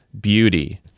beauty